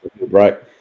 right